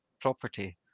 property